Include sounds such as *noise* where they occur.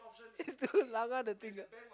*laughs* it's to langgar the thing ah